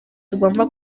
tugomba